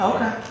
Okay